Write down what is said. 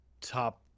top